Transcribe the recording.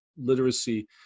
literacy